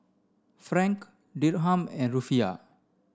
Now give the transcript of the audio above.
Franc Dirham and Rufiyaa